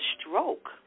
stroke